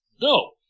No